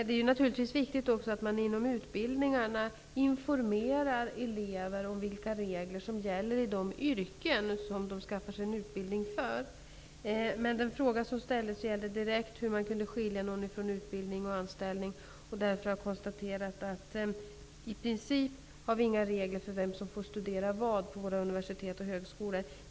Det är naturligtvis också viktigt att man inom utbildningarna informerar elever om vilka regler som gäller i de yrken som de skaffar sig en utbildning för. Den fråga som ställdes gällde direkt hur man kan skilja någon från utbildning och anställning. Jag kan då konstatera att vi i princip inte har några regler för vem som får studera vad på våra universitet och högskolor.